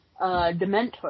Dementor